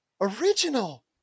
Original